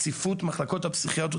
המחלקות הפסיכיאטריות,